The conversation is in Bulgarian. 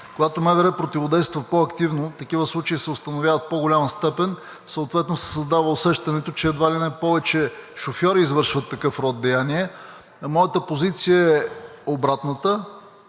когато МВР противодейства по-активно, такива случаи се установяват в по-голяма степен, съответно се създава усещането, че едва ли не повече шофьори извършват такъв род деяния, моята позиция е обратната.